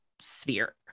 sphere